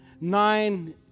nine